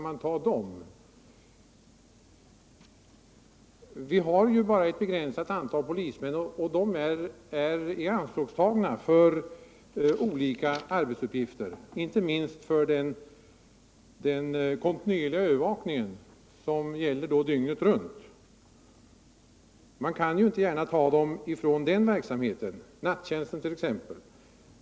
Men nu har vi ju bara ett begränsat antal polismän, som alla är ianspråktagna för olika arbetsuppgifter, inte minst för den kontinuerliga övervakningen dygnet runt. Vi kan ju inte gärna ta polismännen från den verksamheten -— t.ex. från nattjänsten.